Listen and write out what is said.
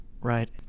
Right